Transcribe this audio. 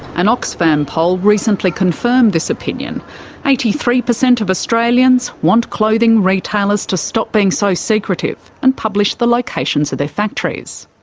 an oxfam poll recently confirmed this opinion eighty three percent of australians want clothing retailers to stop being so secretive and publish the locations of their factories.